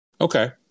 Okay